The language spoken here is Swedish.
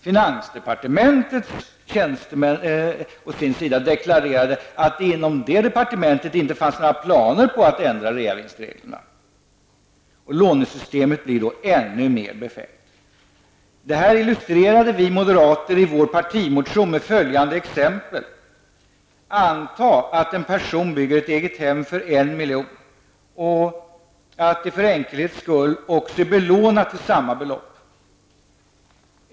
Finansdepartementets tjänstemän deklarerade att det inom det departementet inte fanns några planer på att ändra reavinstreglerna. Lånesystemet blir då ännu mer befängt. Detta illustrerade vi moderater i vår partimotion med följande exempel. Antag att en person bygger ett eget hem för 1 milj.kr., och att det för enkelhets skull också är belånat till samma belopp.